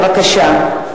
בבקשה.